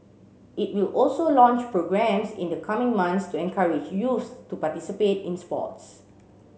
it will also launch programmes in the coming months to encourage youths to participate in sports